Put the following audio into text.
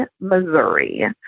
Missouri